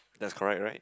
that's correct right